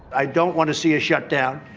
i don't want to see a shut down,